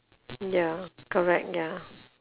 ya correct ya